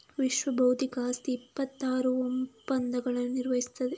ವಿಶ್ವಬೌದ್ಧಿಕ ಆಸ್ತಿ ಇಪ್ಪತ್ತಾರು ಒಪ್ಪಂದಗಳನ್ನು ನಿರ್ವಹಿಸುತ್ತದೆ